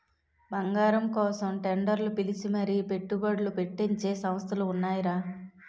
బంగారం కోసం టెండర్లు పిలిచి మరీ పెట్టుబడ్లు పెట్టించే సంస్థలు ఉన్నాయిరా